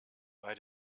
bei